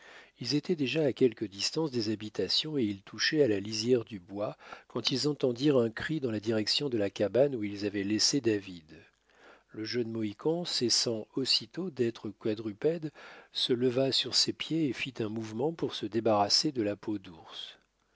ils étaient déjà à quelque distance des habitations et ils touchaient à la lisière du bois quand ils entendirent un cri dans la direction de la cabane où ils avaient laissé david le jeune mohican cessant aussitôt d'être quadrupède se leva sur ses pieds et fit un mouvement pour se débarrasser de la peau d'ours